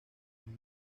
muy